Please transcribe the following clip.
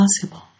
possible